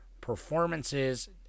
performances